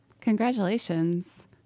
congratulations